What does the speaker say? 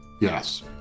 Yes